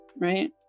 right